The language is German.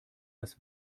als